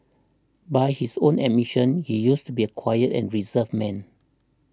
by his own admission he used to be a quiet and reserved man